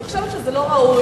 אני חושבת שזה לא ראוי,